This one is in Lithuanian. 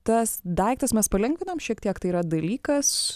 tas daiktas mes palengvinom šiek tiek tai yra dalykas